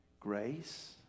Grace